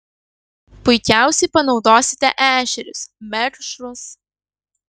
puikiausiai panaudosite ešerius mekšrus